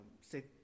say